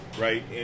Right